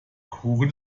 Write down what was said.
kuchen